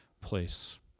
place